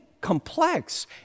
complex